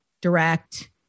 direct